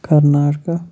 Karnataka